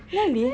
really